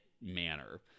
manner